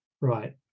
right